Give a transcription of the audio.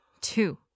two